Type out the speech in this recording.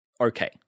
Okay